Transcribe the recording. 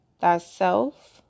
thyself